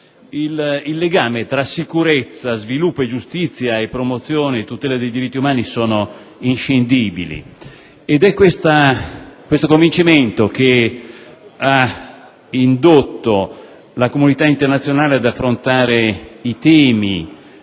i legami tra sicurezza, sviluppo e giustizia e promozione e tutela dei diritti umani sono inscindibili. Questo convincimento ha indotto la comunità internazionale ad affrontare i temi